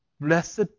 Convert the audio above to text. Blessed